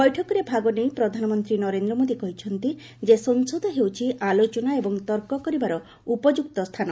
ବୈଠକରେ ଭାଗ ନେଇ ପ୍ରଧାନମନ୍ତ୍ରୀ ନରେନ୍ଦ୍ର ମୋଦି କହିଛନ୍ତି ଯେସଂସଦ ହେଉଛି ଆଲୋଚନା ଏବଂ ତର୍କ କରିବାର ଉପଯୁକ୍ତ ସ୍ଥାନ